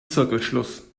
zirkelschluss